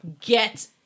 Get